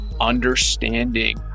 understanding